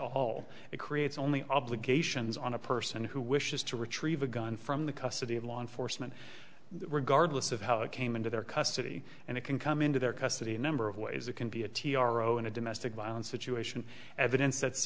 all it creates only obligations on a person who wishes to retrieve a gun from the custody of law enforcement regardless of how it came into their custody and it can come into their custody a number of ways it can be a t r o in a domestic violence situation evidence that's